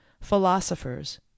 philosophers